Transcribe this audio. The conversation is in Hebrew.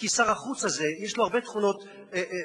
כי לשר החוץ הזה יש הרבה תכונות תרומיות,